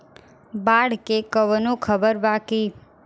बाढ़ के कवनों खबर बा की?